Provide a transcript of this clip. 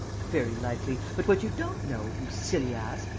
very likely. but what you don't know, you silly ass,